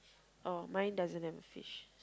oh mine doesn't have a fish